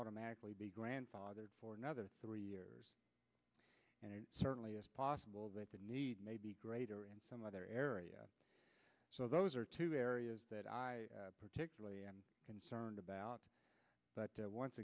automatically be grandfathered for another three years and it certainly is possible that the need may be greater in some other areas so those are two areas that i particularly i'm concerned about but once